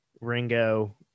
Ringo